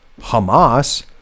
Hamas